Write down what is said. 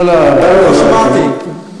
לא שמעתי.